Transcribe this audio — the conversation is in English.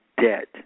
debt